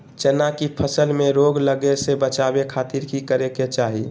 चना की फसल में रोग लगे से बचावे खातिर की करे के चाही?